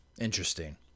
Interesting